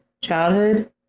Childhood